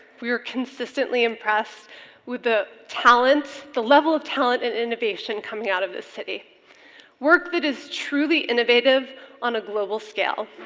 we were consistently impressed with the talent, the level of talent and innovation coming out of this city work that is truly innovative on a global scale.